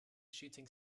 shooting